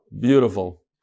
Beautiful